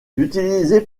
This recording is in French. utilisés